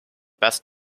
best